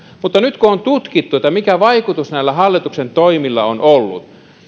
mutta nyt kun on tutkittu mikä vaikutus näillä hallituksen toimilla on ollut